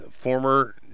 former